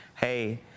hey